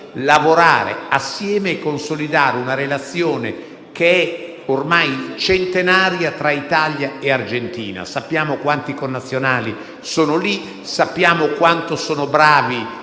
lavorare assieme e consolidare una relazione ormai centenaria tra Italia e Argentina. Sappiamo quanti nostri connazionali sono lì e quanto sono bravi